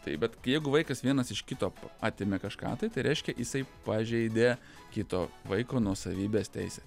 taip bet jeigu vaikas vienas iš kito p atėmė kažką tai tai reiškia jisai pažeidė kito vaiko nuosavybės teisę